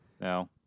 No